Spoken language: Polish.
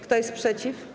Kto jest przeciw?